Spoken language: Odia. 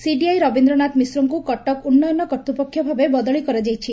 ସିଡିଆଇ ରବିନ୍ଦ ନାଥ ମିଶ୍ରଙ୍କୁ କଟକ ଉନ୍ନୟନ କର୍ତ୍ରପକ୍ଷ ଭାବେ ବଦଳି କରାଯାଇଛି